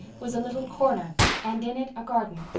was a little corner and in it a garden.